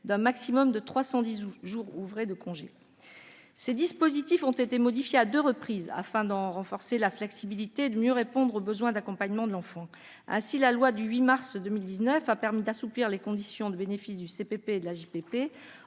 d'un maximum de 310 jours ouvrés de congé. Ces dispositifs ont été modifiés à deux reprises afin d'en renforcer la flexibilité et de mieux répondre aux besoins d'accompagnement de l'enfant. Ainsi, la loi du 8 mars 2019 a permis d'assouplir les conditions de bénéfice du CPP et de l'AJPP